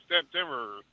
September